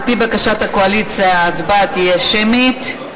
על-פי בקשת הקואליציה, ההצבעה תהיה שמית.